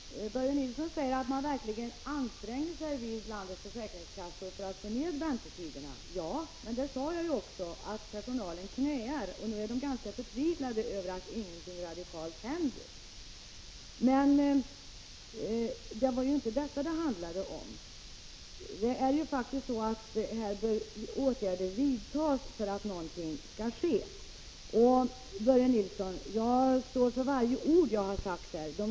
Herr talman! Börje Nilsson säger att man verkligen anstränger sig vid landets försäkringskassor för att förkorta väntetiderna. Ja, jag sade ju också att personalen knäar och är ganska förtvivlad över att ingenting radikalt händer. Men det är inte det som det handlar om. Åtgärder bör faktiskt vidtas för att en förändring skall ske. Jagstår för varje ord jag har sagt, Börje Nilsson.